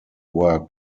were